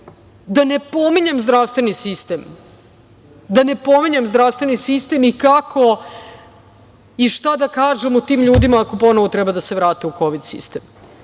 Da ne pominjem zdravstveni sistem, da ne pominjem zdravstveni sistem i kako i šta da kažemo tim ljudima ako ponovo treba da se vrate u kovid sistem. Mi